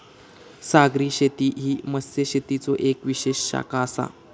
सागरी शेती ही मत्स्यशेतीचो येक विशेष शाखा आसा